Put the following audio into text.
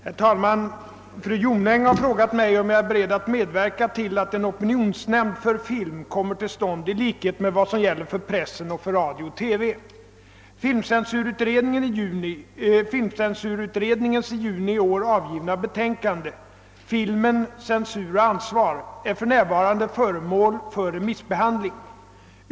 Herr talman! Fru Jonäng har frågat mig, om jag är beredd medverka till att en opinionsnämnd för film kommer till stånd i likhet med vad som gäller för pressen och för radio-TV. Filmcensurutredningens i juni i år avgivna betänkande »Filmen — censur och ansvar» är för närvarande föremål för remissbehandling.